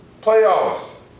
Playoffs